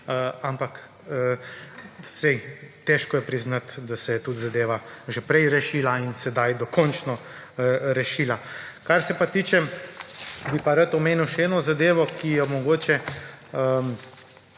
ampak saj težko je priznati, da es je tudi zadeva že prej rešila in sedaj dokončno rešila. Kar se pa tiče, bi pa rad omenil še eno zadevo, ki je mogoče